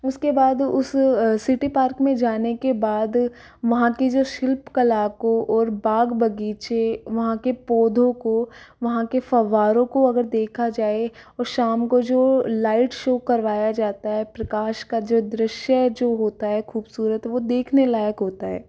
उसके बाद उस सिटी पार्क में जाने के बाद वहाँ की जो शिल्पकला को और बाग़ बगीचे वहाँ के पौधों को वहाँ के फव्वारों को अगर देखा जाए और शाम को जो लाइट शो करवाया जाता है प्रकाश का जो दृश्य जो होता है खूबसूरत है वह देखने लायक होता है